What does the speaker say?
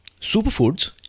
superfoods